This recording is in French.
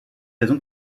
raison